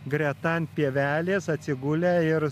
greta ant pievelės atsigulę ir